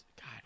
god